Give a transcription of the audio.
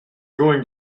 going